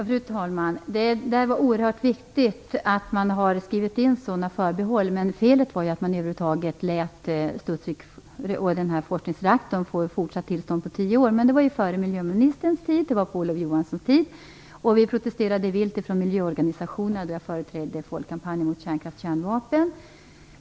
Fru talman! Det är oerhört viktigt att sådana förbehåll finns inskrivna. Felet är att man över huvud taget lät Studsviks forskningreaktor få fortsatt tillstånd på tio år. Men det skedde före miljöministerns tid - det skedde på Olof Johanssons tid. Vi protesterade vilt från miljöorganisationernas sida, där jag företrädde Folkkampanjen mot Kärnkraft-Kärnvapen.